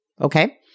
okay